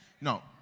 No